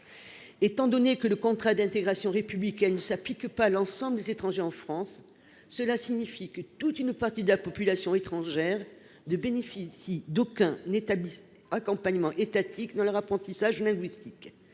linguistique. Le contrat d’intégration républicaine ne s’appliquant pas à l’ensemble des étrangers en France, toute une partie de la population étrangère ne bénéficie d’aucun accompagnement étatique dans son apprentissage linguistique.